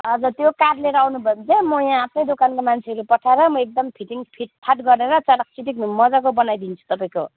हजर त्यो कार्ड लिएर आउनुभयो भने चाहिँ म यहाँ आफ्नै दोकानको मान्छेहरू पठाएर म एकदम फिटिङ फिट्फाट गरेर चाटकचिटिक मजाको बनाइदिन्छु तपाईँको